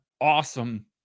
awesome